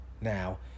Now